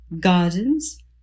gardens